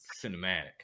cinematic